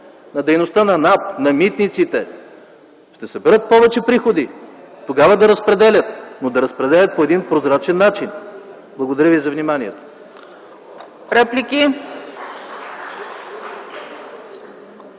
за дейността на НАП и митниците ще се събират повече приходи. Тогава да разпределят, но да разпределят по прозрачен начин. Благодаря ви за вниманието.